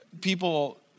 people